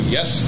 Yes